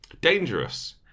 Dangerous